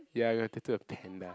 ya you will tattoo a Panda